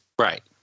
Right